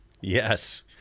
yes